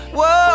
Whoa